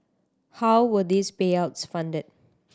how were these payouts funded